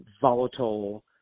volatile